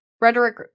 rhetoric